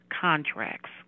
contracts